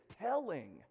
telling